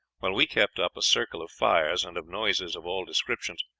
while we kept up a circle of fires, and of noises of all descriptions,